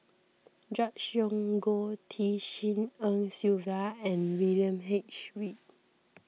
Gregory Yong Goh Tshin En Sylvia and William H Read